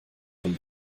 von